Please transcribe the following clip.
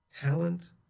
talent